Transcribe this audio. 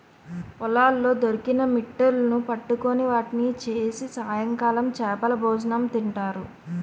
పొలాల్లో దొరికిన మిట్టలును పట్టుకొని వాటిని చేసి సాయంకాలం చేపలభోజనం తింటారు